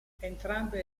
entrambe